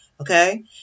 okay